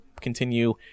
continue